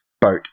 boat